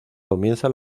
comienza